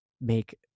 make